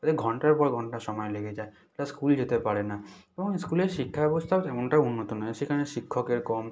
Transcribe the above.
তাদের ঘণ্টার পর ঘণ্টা সময় লেগে যায় প্লাস স্কুল যেতে পারে না এবং স্কুলের শিক্ষাব্যবস্থাও তেমনটাও উন্নত নয় সেখানে শিক্ষকের কম